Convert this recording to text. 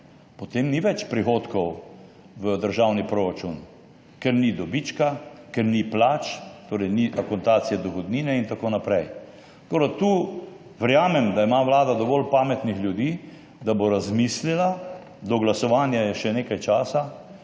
potem ni več prihodkov v državni proračun, ker ni dobička, ker ni plač, torej ni akontacije dohodnine in tako naprej. Tu verjamem, da ima Vlada dovolj pametnih ljudi, da bo razmislila – do glasovanja je še nekaj časa